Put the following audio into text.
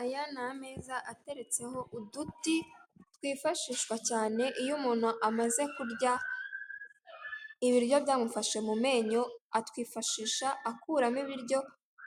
Aya ni ameza ateretseho uduti twifashishwa cyane iyo umuntu amaze kurya ibiryo byamufashe mu menyo, atwifashisha akuramo ibiryo